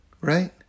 Right